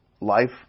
life